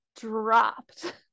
dropped